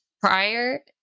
prior